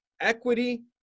equity